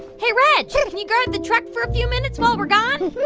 hey, reg can you guard the truck for a few minutes while we're gone?